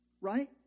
Right